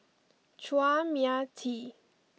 Chua Mia Tee